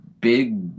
big